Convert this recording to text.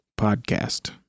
podcast